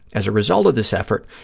as a result of this effort,